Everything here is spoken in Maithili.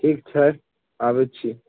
ठीक छै आबैत छी